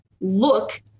look